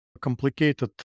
complicated